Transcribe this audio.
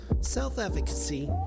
self-advocacy